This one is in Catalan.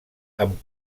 amb